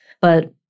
But-